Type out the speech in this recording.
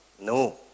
No